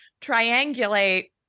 triangulate